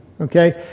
okay